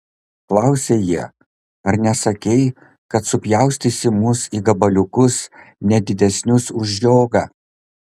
klausė jie ar nesakei kad supjaustysi mus į gabaliukus ne didesnius už žiogą